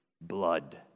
blood